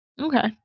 okay